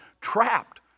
trapped